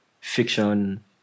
fiction